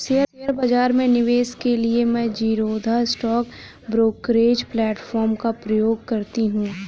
share बाजार में निवेश के लिए मैं ज़ीरोधा स्टॉक ब्रोकरेज प्लेटफार्म का प्रयोग करती हूँ